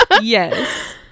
Yes